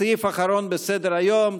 סעיף אחרון בסדר-היום,